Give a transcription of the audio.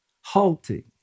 halting